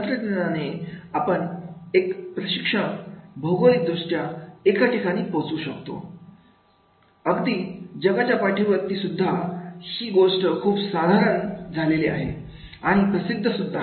तंत्रज्ञानाने आपण एक प्रशिक्षण भौगोलिक दृष्ट्या या ठिकाणी पोहोचू शकतो अगदी जगाच्या पाठीवर ती सुद्धा ही गोष्ट खूप साधारण झाले आहे आणि प्रसिद्ध सुद्धा